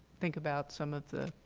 think about some of the